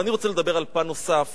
אבל אני רוצה לדבר על פן נוסף,